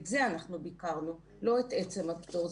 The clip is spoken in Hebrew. את זה אנחנו ביקרנו, לא את עצם הפטור.